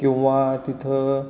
किंवा तिथं